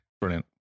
brilliant